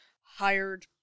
hired